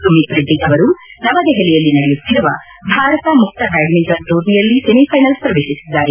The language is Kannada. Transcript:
ಸುಮೀತ್ ರೆಡ್ಡಿ ಅವರು ನವದೆಯಲಿಯಲ್ಲಿ ನಡೆಯುತ್ತಿರುವ ಭಾರತ ಮುಕ್ತ ಬ್ಲಾಡ್ಸಿಂಟನ್ ಟೂರ್ನಿಯಲ್ಲಿ ಸೆಮಿಫೈನಲ್ಲ್ ಪ್ರವೇಶಿಸಿದ್ದಾರೆ